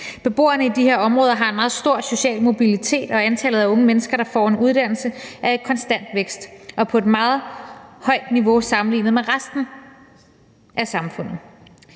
Beboerne i de her områder har en meget stor social mobilitet, og antallet af unge mennesker, der får en uddannelse, er i konstant vækst og på et meget højt niveau sammenlignet med resten af samfundet.